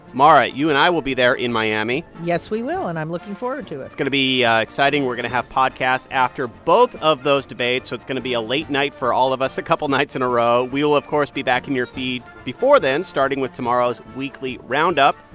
mara, you and i will be there in miami yes, we will. and i'm looking forward to it it's going to be exciting. we're going to have podcasts after both of those debates, so it's going to be a late night for all of us a couple nights in a row. we'll, of course, be back on your feed before then, starting with tomorrow's weekly roundup.